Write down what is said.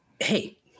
hey